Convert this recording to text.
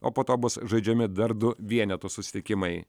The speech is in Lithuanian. o po to bus žaidžiami dar du vienetų susitikimai